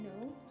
no